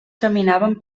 caminaven